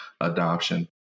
Adoption